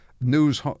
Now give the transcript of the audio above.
News